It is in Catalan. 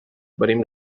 venim